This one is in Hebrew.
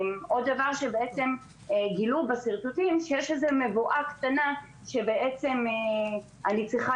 בשרטוטים גילו שיש איזו מבואה קטנה שאני צריכה